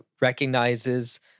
recognizes